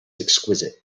exquisite